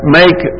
make